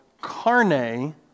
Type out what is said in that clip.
carne